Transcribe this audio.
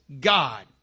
God